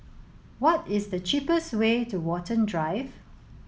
what is the cheapest way to Watten Drive